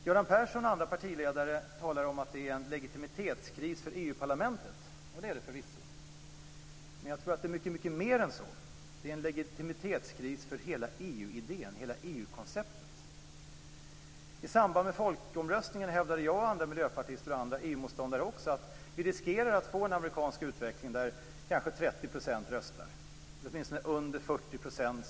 Göran Persson och andra partiledare talar om att det är en legitimitetskris för EU-parlamentet, och det är det förvisso. Men jag tror att det är mycket mer än så. Det är en legitimitetskris för hela EU-idén, hela I samband med folkomröstningen hävdade jag och andra miljöpartister, och andra EU-motståndare, att vi riskerar att få en amerikansk utveckling där kanske 30 % röstar, eller åtminstone under 40 %.